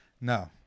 no